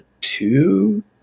two